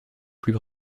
plus